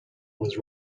was